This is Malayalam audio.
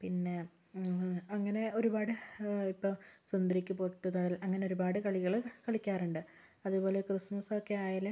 പിന്നെ അങ്ങനെ ഒരുപാട് ഇപ്പോൾ സുന്ദരിക്ക് പൊട്ടുതൊടൽ അങ്ങനെ ഒരുപാട് കളികൾ കളിക്കാറുണ്ട് അതുപോലെ ക്രിസ്മസൊക്കെ ആയാൽ